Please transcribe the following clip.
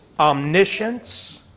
omniscience